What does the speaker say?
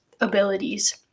abilities